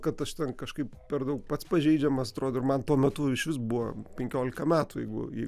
kad aš ten kažkaip per daug pats pažeidžiamas atrodo ir man tuo metu išvis buvo penkiolika metų jeigu į